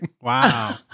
Wow